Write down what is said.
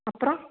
அப்புறம்